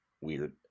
Weird